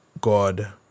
God